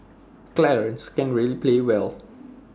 Clarence can play really well